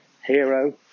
hero